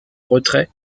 retraits